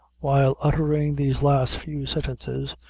while uttering these last few sentences,